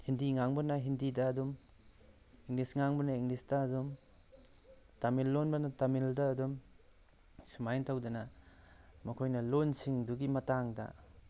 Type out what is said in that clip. ꯍꯤꯟꯗꯤ ꯉꯥꯡꯕꯅ ꯍꯤꯟꯗꯤꯗ ꯑꯗꯨꯝ ꯏꯪꯂꯤꯁ ꯉꯥꯡꯕꯅ ꯏꯪꯂꯤꯁꯇ ꯑꯗꯨꯝ ꯇꯥꯃꯤꯜ ꯂꯣꯟꯕꯅ ꯇꯥꯃꯤꯜꯗ ꯑꯗꯨꯝ ꯁꯨꯃꯥꯏꯅ ꯇꯧꯗꯅ ꯃꯈꯣꯏꯅ ꯂꯣꯜꯁꯤꯡꯗꯨꯒꯤ ꯃꯇꯥꯡꯗ